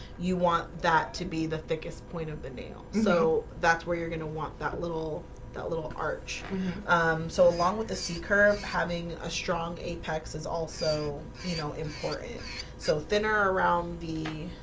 you want that to be the thickest point of the nail? so that's where you're gonna want that little that little arch so along with the c curve having a strong apex is also, you know important so thinner around the